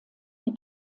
die